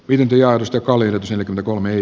viikinkialus joka oli lipseli kolmeen